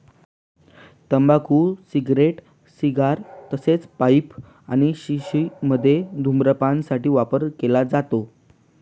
तंबाखूचा cigarette, cigar तसेच pipe आणि शिश मध्ये धूम्रपान साठी वापर केला जातो